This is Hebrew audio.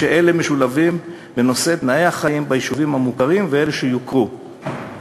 כשאלה משולבים בנושא תנאי החיים ביישובים (המוכרים ואלה שיוכרו)".